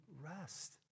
rest